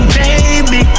baby